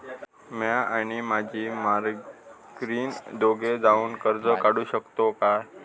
म्या आणि माझी माघारीन दोघे जावून कर्ज काढू शकताव काय?